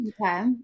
Okay